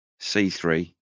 C3